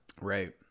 Right